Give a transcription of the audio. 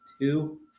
two